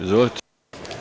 Izvolite.